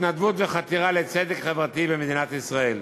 התנדבות וחתירה לצדק חברתי במדינת ישראל.